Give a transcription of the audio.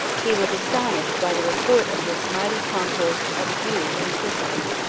he was astonished by the report of this mighty concourse of jews and christians,